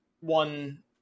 one